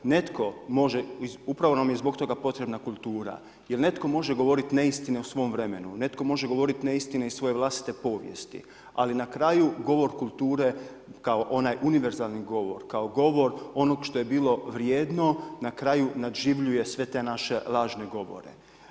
Netko može, upravo nam je i zbog toga potrebna kultura, jer netko može govoriti neistine o svom vremenu, netko može govoriti neistine iz svoje vlastite povijesti, ali na kraj govor kulture kao onaj univerzalni govor, kao govor onog što je bilo vrijedno na kraju nadživljuje sve te naše lažne govore.